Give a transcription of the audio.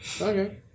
Okay